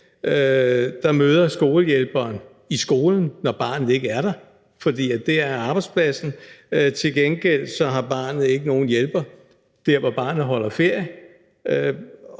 der møder skolehjælperen i skolen, når barnet ikke er der, fordi det er arbejdspladsen. Til gengæld har barnet ikke nogen hjælper der, hvor barnet holder ferie.